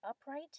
upright